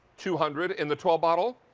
two hundred in the twelve bottle.